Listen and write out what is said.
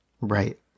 Right